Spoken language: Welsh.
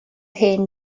hen